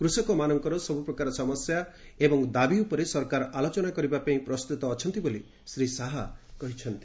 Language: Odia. କୃଷକମାନଙ୍କର ସବୁପ୍ରକାର ସମସ୍ୟା ଏବଂ ଦାବି ଉପରେ ସରକାର ଆଲୋଚନା କରିବା ପାଇଁ ପ୍ରସ୍ତୁତ ଅଛନ୍ତି ବୋଲି ଶ୍ରୀ ଶାହା କହିଛନ୍ତି